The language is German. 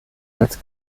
als